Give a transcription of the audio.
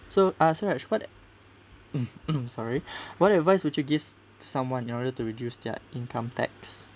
so asrad what sorry what advice would you give to someone in order to reduce their income tax